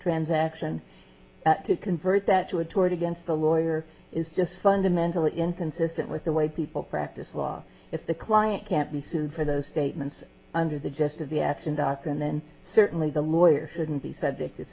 transaction to convert that to a tort against the lawyer is just fundamental into insistent with the way people practice law if the client can't be sued for those statements under the jest of the action doctor and then certainly the lawyer shouldn't be subject to